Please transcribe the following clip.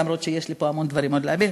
למרות שיש לי פה עוד המון דברים להעביר,